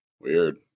Weird